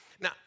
now